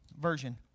version